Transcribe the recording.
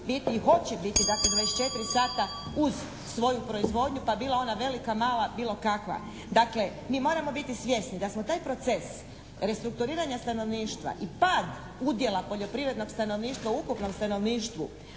i hoće biti dakle 24 sata uz svoju proizvodnju pa bila ona velika, mala, bilo kakva. Dakle, mi moramo biti svjesni da smo taj proces restrukturiranja stanovništva i pad udjela poljoprivrednog stanovništva u ukupnom stanovništvu